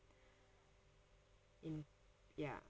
in~ ya